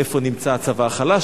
איפה נמצא הצבא החלש,